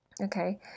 okay